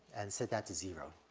and set that to zero.